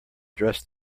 dressed